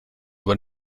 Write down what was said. aber